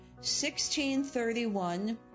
1631